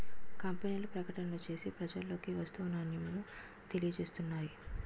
కంపెనీలు ప్రకటనలు చేసి ప్రజలలోకి వస్తువు నాణ్యతను తెలియజేస్తున్నాయి